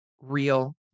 real